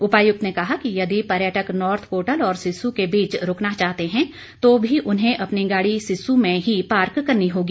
उपायुक्त ने कहा कि यदि पर्यटक नोर्थ पोर्टल और सिस्सु के बीच रूकना चाहते हैं तो भी उन्हें अपनी गाड़ी सिस्सु में ही पार्क करनी होगी